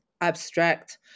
abstract